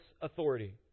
authority